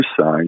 size